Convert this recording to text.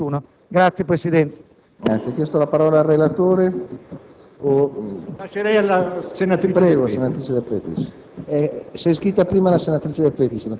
Grazie, Presidente.